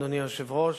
אדוני היושב-ראש,